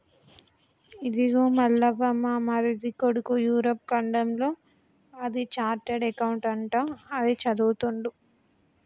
ఇదిగో మల్లవ్వ మా మరిది కొడుకు యూరప్ ఖండంలో అది చార్టెడ్ అకౌంట్ అంట అది చదువుతుండు